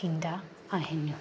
थींदा आहिनि